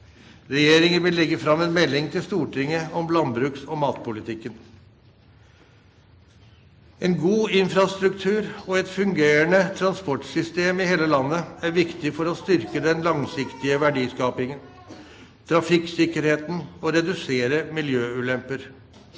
Regjeringen vil legge fram en melding til Stortinget om landbruks- og matpolitikken. En god infrastruktur og et fungerende transportsystem i hele landet er viktig for å styrke den langsiktige verdiskapingen, trafikksikkerheten og redusere miljøulemper.